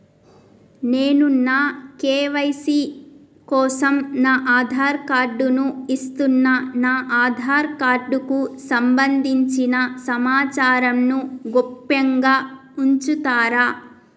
నేను నా కే.వై.సీ కోసం నా ఆధార్ కార్డు ను ఇస్తున్నా నా ఆధార్ కార్డుకు సంబంధించిన సమాచారంను గోప్యంగా ఉంచుతరా?